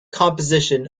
composition